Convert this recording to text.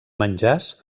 menjars